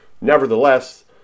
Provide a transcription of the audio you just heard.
Nevertheless